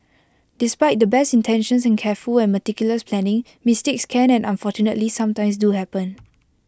despite the best intentions and careful and meticulous planning mistakes can and unfortunately sometimes do happen